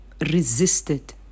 resisted